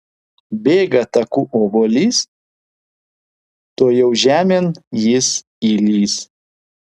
bėga taku obuolys tuojau žemėn jis įlįs